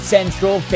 Central